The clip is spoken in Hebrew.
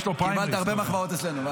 קיבלת הרבה מחמאות אצלנו.